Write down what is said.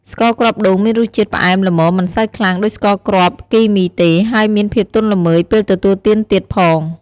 ស្ករគ្រាប់ដូងមានរសជាតិផ្អែមល្មមមិនសូវខ្លាំងដូចស្ករគ្រាប់គីមីទេ ហើយមានភាពទន់ល្មើយពេលទទួលទានទៀតផង។